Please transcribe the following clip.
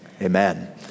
amen